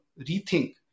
rethink